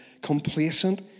complacent